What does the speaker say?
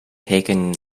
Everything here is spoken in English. taken